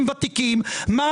אולי מרביבו,